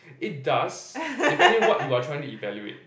it does depending what you are trying to evaluate